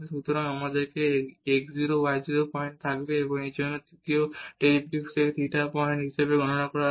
সুতরাং আমাদের এই x 0 y 0 পয়েন্ট থাকবে এবং এর জন্য এখানে তৃতীয় ডেরিভেটিভকে থিটা পয়েন্ট হিসেবে গণনা করা হবে